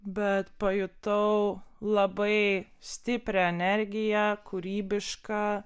bet pajutau labai stiprią energiją kūrybišką